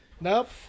Nope